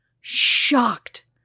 shocked